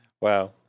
Wow